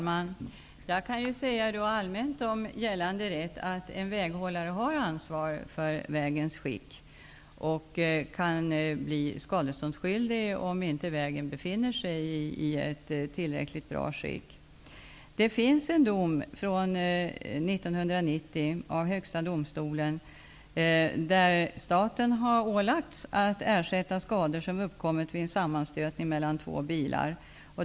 Herr talman! Rent allmänt gäller att en väghållare har ansvar för vägens skick. Han kan bli skadeståndsskyldig om inte vägen är i ett tillräckligt bra skick. Det finns en dom av Högsta domstolen från 1990, där staten har ålagts att ersätta skador som har uppkommit vid en sammanstötning mellan två bilar.